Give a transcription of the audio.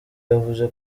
yavuze